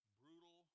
brutal